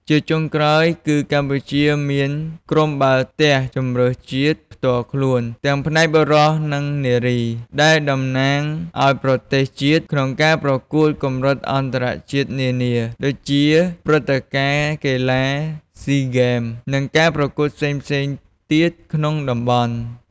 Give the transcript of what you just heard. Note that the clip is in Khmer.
ជាចុងក្រោយគឺកម្ពុជាមាន ក្រុមបាល់ទះជម្រើសជាតិផ្ទាល់ខ្លួន ទាំងផ្នែកបុរស និងនារី ដែលតំណាងឱ្យប្រទេសជាតិក្នុងការប្រកួតកម្រិតអន្តរជាតិនានា ដូចជាព្រឹត្តិការណ៍កីឡាស៊ីហ្គេម និងការប្រកួតផ្សេងៗទៀតក្នុងតំបន់។